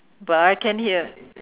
but I can hear